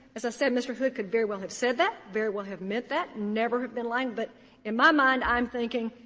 as i said, mr. hood could very well have said that, very well have meant that, never have been lying. but in my mind, i'm thinking,